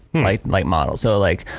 like like models. so, like